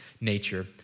nature